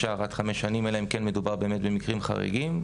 עד חמש שנים אלא אם מדובר במקרים חריגים.